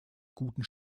guten